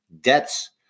Debts